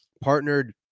partnered